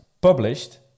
published